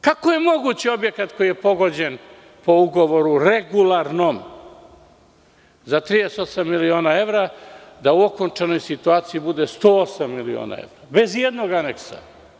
Kako je moguće objekat koji je pogođen po ugovoru regularnom za 38 miliona evra da u okončanoj situaciji bude 108 miliona evra, bez ijednog aneksa?